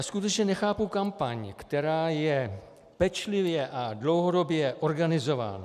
Skutečně nechápu kampaň, která je pečlivě a dlouhodobě organizována.